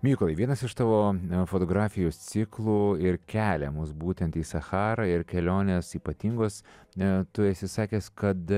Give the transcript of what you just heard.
mykolai vienas iš tavo fotografijos ciklų ir kelia mus būtent į sacharą ir kelionės ypatingos na tu esi sakęs kad